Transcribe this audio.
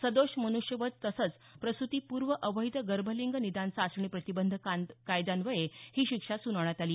सदोष मनुष्यवध तसंच प्रसुतीपूर्व अवैध गर्भलिंग निदान चाचणी प्रतिबंध कायद्यान्वये ही शिक्षा सुनावण्यात आली